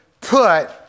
put